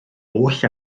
oll